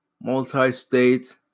multi-state